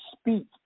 speak